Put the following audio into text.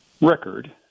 record